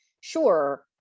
Sure